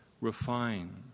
refine